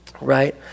Right